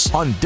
on